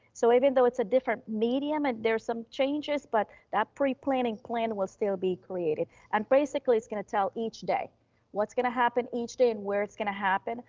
so even though it's a different medium, and there's some changes, but that pre-planning plan will still be created. and basically it's gonna tell each day what's gonna happen each day and where it's gonna happen.